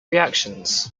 reactions